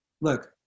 Look